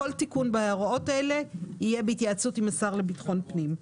כל תיקון בהוראות האלה יהיה בהתייעצות עם השר לביטחון פנים.